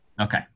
Okay